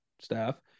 staff